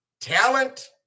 Talent